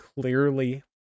clearly